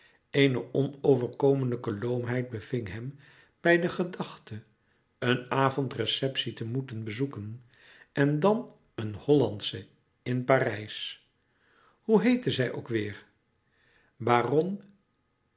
eene onoverkomelijke loomheid beving hem bij de gedachte een avondreceptie te moeten bezoeken en dan een hollandsche in parijs hoe heette zij ook weêr baronne